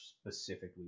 specifically